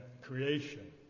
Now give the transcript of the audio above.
creation